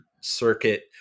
circuit